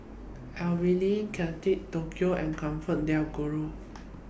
Avalon Kate Tokyo and ComfortDelGro